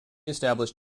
establish